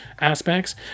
aspects